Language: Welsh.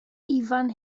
ifan